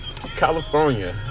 California